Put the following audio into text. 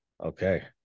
Okay